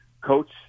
coach